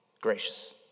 gracious